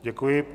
Děkuji.